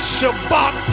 Shabbat